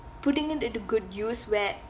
putting it into good use where